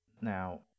Now